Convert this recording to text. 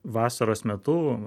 vasaros metu